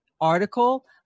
article